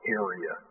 area